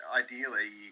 ideally